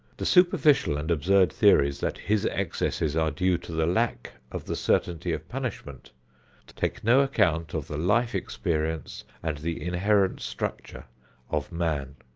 the superficial and absurd theories that his excesses are due to the lack of the certainty of punishment take no account of the life experience, and the inherent structure of man.